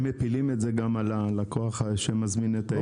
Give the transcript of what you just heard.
הם מפילים את זה על הלקוח שמזמין את האירוע.